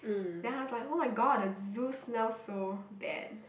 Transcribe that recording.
then I was like !oh-my-god! the zoo smells so bad